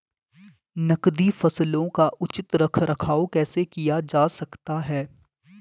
नकदी फसलों का उचित रख रखाव कैसे किया जा सकता है?